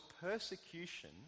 persecution